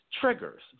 triggers